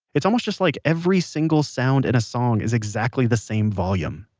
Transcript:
it's almost just like every single sound in a song is exactly the same volume.